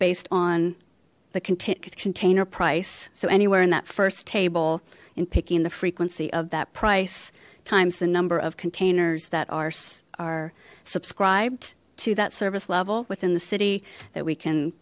based on the content container price so anywhere in that first table in picking the frequency of that price times the number of containers that are subscribed to that service level within the city that we can